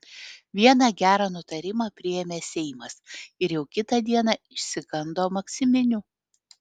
vieną gerą nutarimą priėmė seimas ir jau kitą dieną išsigando maksiminių